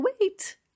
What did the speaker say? wait